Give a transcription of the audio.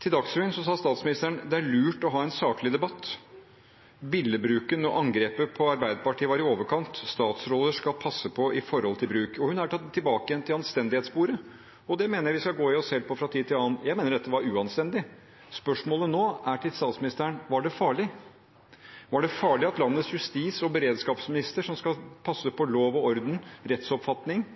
Til Dagsrevyen sa statsministeren at det er lurt å ha en saklig debatt, at billedbruken og angrepet på Arbeiderpartiet var i overkant, og at statsråder skal passe på ordbruken. Hun har tatt tilbake igjen anstendighetssporet, og det mener jeg vi skal gå i oss selv i fra tid til annen. Jeg mener dette var uanstendig. Spørsmålet til statsministeren er nå: Var det farlig? Er det farlig at landets justis- og beredskapsminister, som skal passe på lov og orden og rettsoppfatning